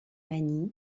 magny